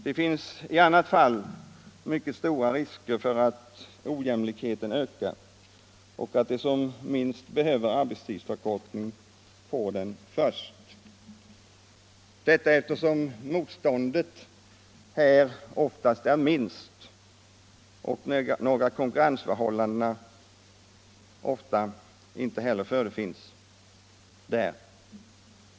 Det finns i annat fall mycket stora risker för att ojämlikheten ökar och att de som minst behöver arbetstidsförkortning får den först, eftersom motståndet här oftast är minst och några konkurrensförhållanden inte föreligger.